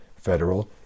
federal